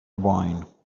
wine